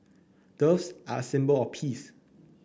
doves are a symbol of peace